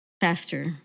faster